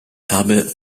habe